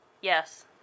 Yes